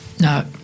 No